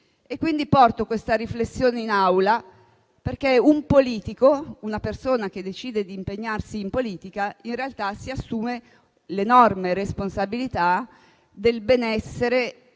persone. Porto questa riflessione in Aula perché una persona che decide di impegnarsi in politica in realtà si assume l'enorme responsabilità del benessere degli